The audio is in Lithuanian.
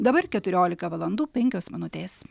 dabar keturiolika valandų penkios minutės